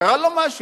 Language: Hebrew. קרה לו משהו,